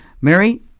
Mary